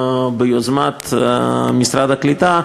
ביוזמת משרד הקליטה,